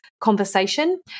conversation